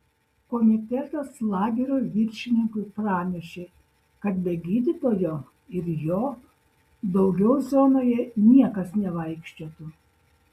komitetas lagerio viršininkui pranešė kad be gydytojo ir jo daugiau zonoje niekas nevaikščiotų